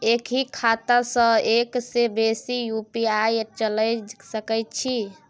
एक ही खाता सं एक से बेसी यु.पी.आई चलय सके छि?